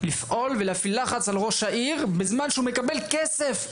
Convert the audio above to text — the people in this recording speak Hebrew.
לפעול ולהפעיל לחץ על ראש העיר בזמן שהוא מקבל כסף,